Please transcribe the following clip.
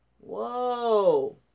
whoa